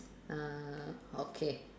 uh okay